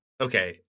Okay